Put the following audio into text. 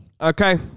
Okay